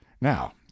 Now